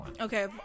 okay